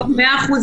איתנו.